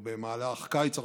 או במהלך קיץ 1941,